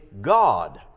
God